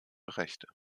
rechte